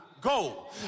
go